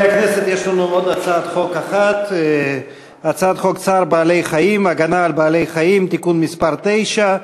הצעת חוק צער בעלי-חיים (הגנה על בעלי-חיים) (תיקון מס' 9),